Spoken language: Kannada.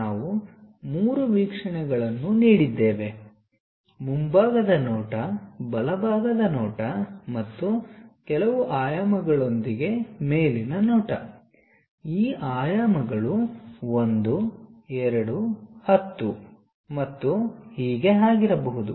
ನಾವು ಮೂರು ವೀಕ್ಷಣೆಗಳನ್ನು ನೀಡಿದ್ದೇವೆ ಮುಂಭಾಗದ ನೋಟ ಬಲಭಾಗದ ನೋಟ ಮತ್ತು ಕೆಲವು ಆಯಾಮಗಳೊಂದಿಗೆ ಮೇಲಿನ ನೋಟ ಈ ಆಯಾಮಗಳು 1 2 10 ಮತ್ತು ಹೀಗೆ ಆಗಿರಬಹುದು